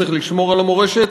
צריך לשמור על המורשת,